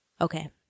Okay